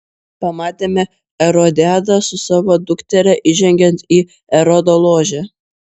pamatėme erodiadą su savo dukteria įžengiant į erodo ložę